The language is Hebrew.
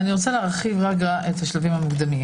בשלבים המקדמיים